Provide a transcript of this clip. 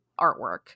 artwork